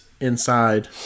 Inside